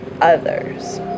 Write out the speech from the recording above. others